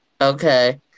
Okay